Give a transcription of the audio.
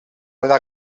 era